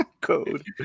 Code